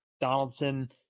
Donaldson